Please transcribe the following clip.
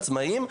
עצמאיים,